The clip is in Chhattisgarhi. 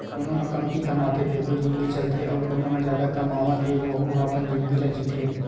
कोनो ह कमती कमाथे तेखरो जिनगी चलथे अउ कोना ह जादा कमावत हे वहूँ ह अपन जिनगी ल जीथे